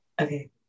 okay